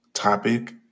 topic